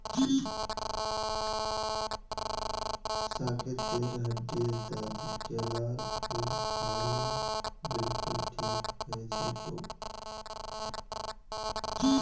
साकेतेर हड्डीर दर्द केलार फूल खा ल बिलकुल ठीक हइ जै तोक